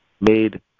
made